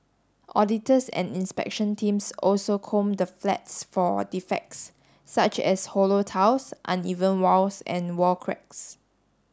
auditors and inspection teams also comb the flats for defects such as hollow tiles uneven walls and wall cracks